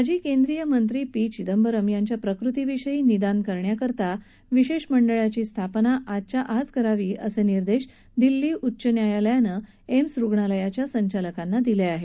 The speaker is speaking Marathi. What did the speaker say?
माजी केंद्रीय मंत्री पी चिदंबरम यांच्या प्रकृतीविषयी निदान करण्याकरता विशेष मंडळाची स्थापना आजच्या आज करावी असे निर्देश दिल्ली उच्च न्यायालयानं एम्स रुग्णालयाच्या संचालकांना दिले आहेत